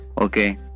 okay